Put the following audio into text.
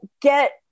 get